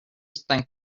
spend